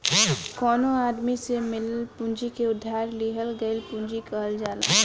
कवनो आदमी से मिलल पूंजी के उधार लिहल गईल पूंजी कहल जाला